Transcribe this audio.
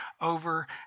over